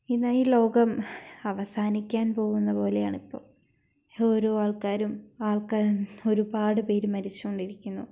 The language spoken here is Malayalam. ഇതാ ഈ ലോകം അവസാനിക്കാൻ പോകുന്ന പോലെയാണിപ്പോൾ ഈ ഓരോ ആൾക്കാരും ആൾക്കാരും ഒരുപാട് പേർ മരിച്ചുകൊണ്ടിരിക്കുന്നു